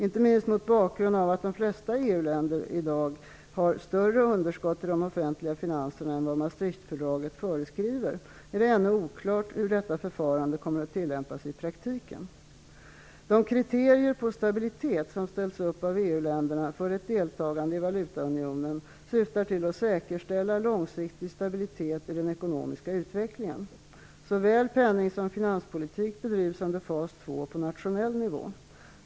Inte minst mot bakgrund av att de flesta EU-länder i dag har större underskott i de offentliga finanserna än vad Maastrichtfördraget föreskriver är det ännu oklart hur detta förfarande kommer att tillämpas i praktiken. De kriterier på stabilitet som ställts upp av EU länderna för ett deltagande i valutaunionen syftar till att säkerställa långsiktig stabilitet i den ekonomiska utvecklingen. Såväl penning som finanspolitik bedrivs under fas två på nationell nivå.